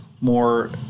more